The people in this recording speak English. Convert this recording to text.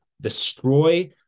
Destroy